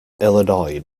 illinois